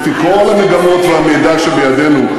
לפי כל המגמות והמידע שבידינו,